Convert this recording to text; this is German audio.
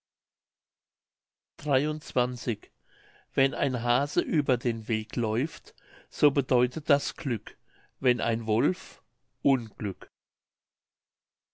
mündlich wenn ein hase über den weg läuft so bedeutet das glück wenn ein wolf unglück